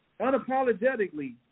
Unapologetically